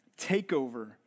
takeover